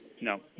No